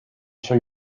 show